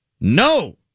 No